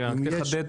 אתה מכוון,